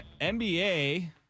NBA